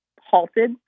halted